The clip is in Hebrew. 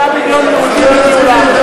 שישה מיליוני יהודים,